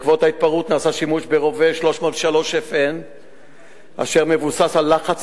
בעקבות ההתפרעות נעשה שימוש ברובה303 -FN אשר מבוסס על לחץ